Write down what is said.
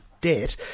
debt